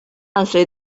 伴随